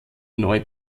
neu